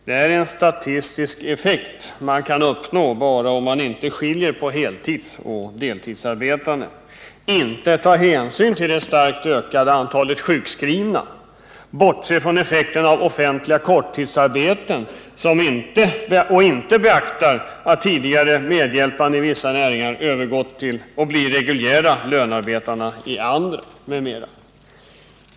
Det är en statistisk effekt som man kan uppnå bara om man inte skiljer på heltidsoch deltidsarbetande, inte tar hänsyn till det starkt ökade antalet sjukskrivna, bortser från effekten av offentliga korttidsarbeten och inte beaktar att tidigare medhjälpare i vissa näringar övergått till att bli reguljära lönarbetare i andra, m.m.